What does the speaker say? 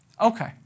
Okay